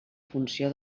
funció